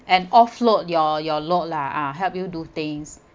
and offload your your load lah ah help you do things